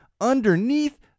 underneath